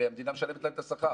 הרי המדינה משלמת להם את השכר.